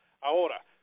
Ahora